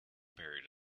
buried